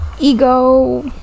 ego